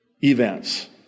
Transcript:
events